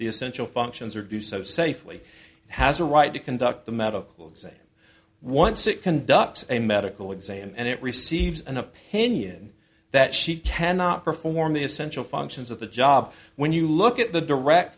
the essential functions or do so safely has a right to conduct the medical exam once it conducts a medical exam and it receives an opinion that she cannot perform the essential functions of the job when you look at the direct